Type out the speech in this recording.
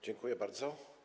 Dziękuję bardzo.